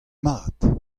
mat